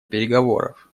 переговоров